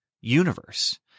universe